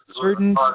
certain